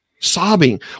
Sobbing